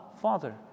Father